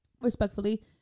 respectfully